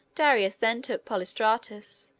darius then took polystratus,